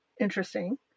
interesting